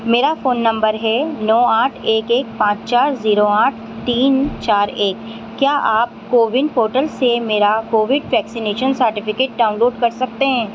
میرا phone number ہے نو آٹھ ایک ایک پانچ چار زیرو آٹھ تین چار ایک کیا آپ کوون پورٹل سے میرا Covid vaccination certificate download کر سکتے ہیں